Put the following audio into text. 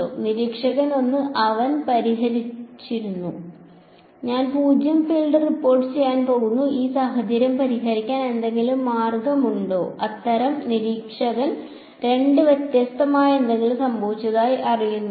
നിരീക്ഷകൻ 1 അവൻ പരിഹരിച്ചിരിക്കുന്നു ഞാൻ പൂജ്യം ഫീൽഡ് റിപ്പോർട്ടുചെയ്യാൻ പോകുന്നു ഈ സാഹചര്യം പരിഹരിക്കാൻ എന്തെങ്കിലും മാർഗമുണ്ടോ അത്തരം നിരീക്ഷകൻ 2 വ്യത്യസ്തമായി എന്തെങ്കിലും സംഭവിച്ചതായി അറിയുന്നില്ലേ